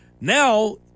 now